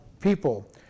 people